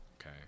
okay